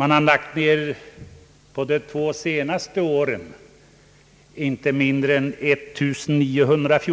Under de två senaste åren har 1914 jordbruk